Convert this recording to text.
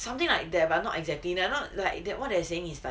something like there but not exactly they're not like that what they're saying is like